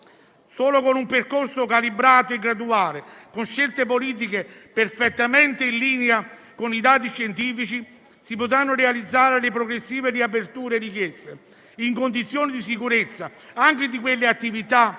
Solo con un percorso calibrato e graduale, con scelte politiche perfettamente in linea con i dati scientifici, si potranno realizzare le progressive riaperture richieste in condizioni di sicurezza anche delle attività che